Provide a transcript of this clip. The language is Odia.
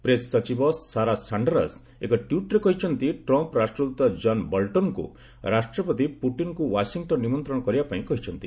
ପ୍ରେସ୍ ସଚିବ ସାରା ସାଶ୍ତରସ୍ ଏକ ଟ୍ୱିଟ୍ରେ କହିଛନ୍ତି ଟ୍ରମ୍ମ୍ ରାଷ୍ଟ୍ରଦୂତ କନ୍ ବଲ୍ଟନ୍ଙ୍କୁ ରାଷ୍ଟ୍ରପତି ପୁଟିନ୍ଙ୍କୁ ଓ୍ୱାଶିଟନ୍ ନିମନ୍ତ୍ରଣ କରିବା ପାଇଁ କହିଛନ୍ତି